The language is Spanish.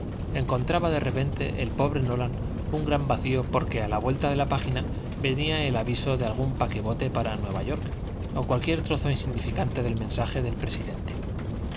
encontraba de repente el pobre nolan un gran vacío porque a la vuelta de la página venía el aviso de algún paquebote para nueva york o cualquier trozo insignificante del mensaje del presidente